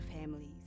families